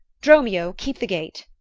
dromio, keep the gate.